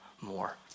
more